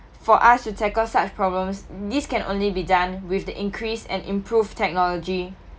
for us to tackle such problems this can only be done with the increase and improved technology